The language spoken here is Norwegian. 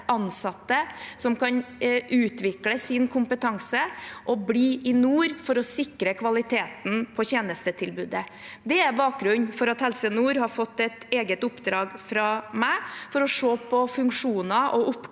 ansatte som kan utvikle sin kompetanse og bli i nord, for å sikre kvaliteten på tjenestetilbudet. Det er bakgrunnen for at Helse Nord har fått et eget oppdrag fra meg om å se på funksjoner, oppgaver